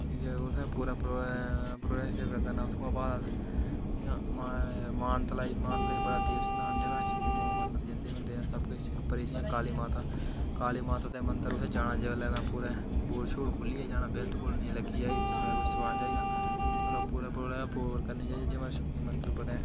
उत्थें पूरा प्रवेश जगह करना उत्थुआं बाद अस जि'यां मानतलाई मानतलाई बड़ा देवस्थान जगहा अस मंदर जंदे होंदे सबकिश पर जि'यां काली माता काली माता दे मंदर उत्थें जाना जिसलै तां पूरे बूट खोह्ल्लियै जाना बेल्ट निं लग्गी दी चाहिदी नेईं चम्मे दा कोई समान चाहिदा लोक पूरा पूरा करने चाहिदे जि'यां अस ते बड़ें